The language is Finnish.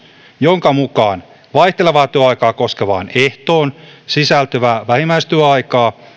jonka mukaan vaihtelevaa työaikaa koskevaan ehtoon sisältyvää vähimmäistyöaikaa